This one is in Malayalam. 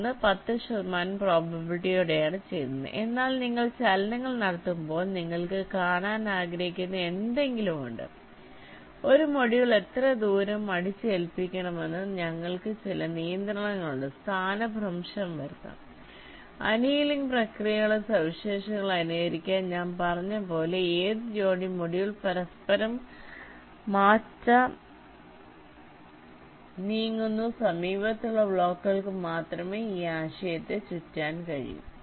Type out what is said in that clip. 1 10 ശതമാനം പ്രോബബിലിറ്റിയോടെയാണ് ചെയ്യുന്നത് എന്നാൽ നിങ്ങൾ ചലനങ്ങൾ നടത്തുമ്പോൾ നിങ്ങൾക്ക് കാണാൻ ആഗ്രഹിക്കുന്ന എന്തെങ്കിലും ഉണ്ട് ഒരു മൊഡ്യൂൾ എത്ര ദൂരം അടിച്ചേൽപ്പിക്കണമെന്ന് ഞങ്ങൾക്ക് ചില നിയന്ത്രണങ്ങളുണ്ട് സ്ഥാനഭ്രംശം വരുത്താം അനിയലിംഗ് പ്രക്രിയയുടെ സവിശേഷതകൾ അനുകരിക്കാൻ ഞാൻ പറഞ്ഞതുപോലെ ഏത് ജോഡി മൊഡ്യൂൾ പരസ്പരം മാറ്റാം നീങ്ങുന്നു സമീപത്തുള്ള ബ്ലോക്കുകൾക്ക് മാത്രമേ ഈ ആശയത്തെ ചുറ്റാൻ കഴിയൂ